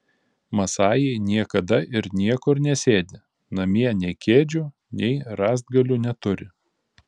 masajai niekada ir niekur nesėdi namie nei kėdžių nei rąstgalių neturi